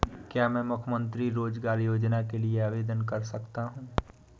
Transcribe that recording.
क्या मैं मुख्यमंत्री रोज़गार योजना के लिए आवेदन कर सकता हूँ?